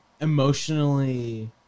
emotionally